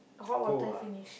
cold ah